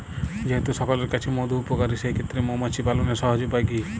যেহেতু সকলের কাছেই মধু উপকারী সেই ক্ষেত্রে মৌমাছি পালনের সহজ উপায় কি?